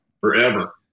forever